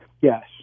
Yes